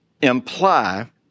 Imply